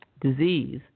disease